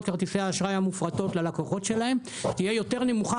כרטיסי האשראי המופרטות ללקוחות שלהם תהיה יותר נמוכה,